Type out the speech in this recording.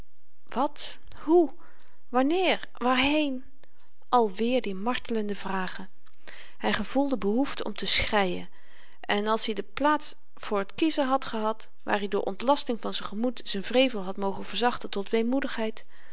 wat hoe wanneer waarheen alweer die martelende vragen hy gevoelde behoefte om te schreien en als i de plaats voor t kiezen had gehad waar i door ontlasting van z'n gemoed z'n wrevel had mogen verzachten tot